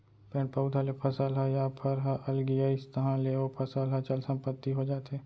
पेड़ पउधा ले फसल ह या फर ह अलगियाइस तहाँ ले ओ फसल ह चल संपत्ति हो जाथे